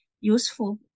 useful